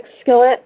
skillet